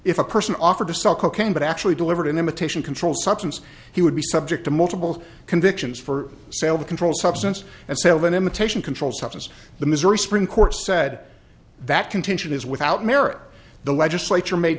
if a person offered to sell cocaine but actually delivered an imitation controlled substance he would be subject to multiple convictions for sale of a controlled substance and sale an imitation controlled substance the missouri supreme court said that contention is without merit the legislature made